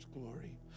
glory